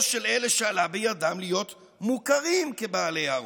או של אלה שעלה בידם להיות מוכרים כבעלי הרוב.